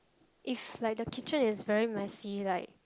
if like the kitchen is very messy like